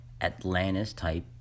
Atlantis-type